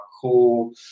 cool